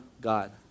God